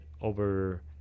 over